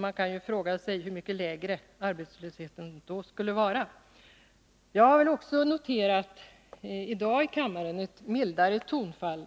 Man kan ju fråga sig hur mycket lägre arbetslösheten då skulle vara. Också jag har i dag i kammaren noterat ett mildare tonfall.